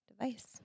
device